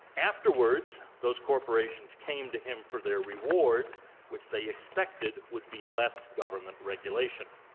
afterwards, those corporations came to him for their reward which they expected would be less government regulation.